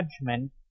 judgment